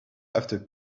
after